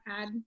add